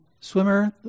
swimmer